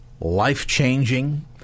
life-changing